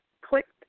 clicked